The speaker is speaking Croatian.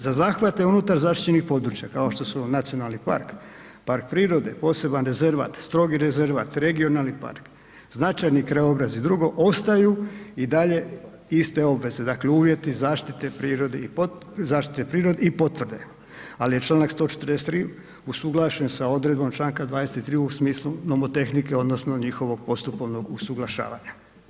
Za zahvate unutar zaštićenih područja kao što su nacionalni park, park prirode, poseban rezervat, strogi rezervat, regionalni park, značajni krajobrazi i drugo, ostaju i dalje iste obveze, dakle uvjeti zaštite prirode i pod, zaštite prirode i potvrde, al je čl. 143. usuglašen sa odredbom čl. 23. u smislu nomotehnike odnosno njihovog postupovnog usuglašavanja.